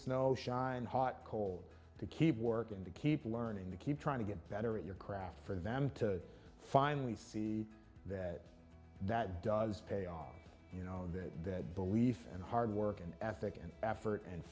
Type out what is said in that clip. know shine hot coal to keep working to keep learning to keep trying to get better at your craft for them to finally see that that does pay off you know that that belief and hard work and ethic and effort and